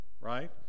right